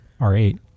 R8